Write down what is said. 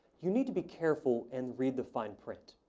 you need to be careful and read the fine print,